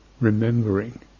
remembering